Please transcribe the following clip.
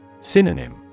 Synonym